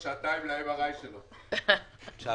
בבקשה.